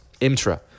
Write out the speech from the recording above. Imtra